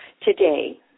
today